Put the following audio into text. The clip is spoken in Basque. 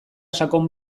sakon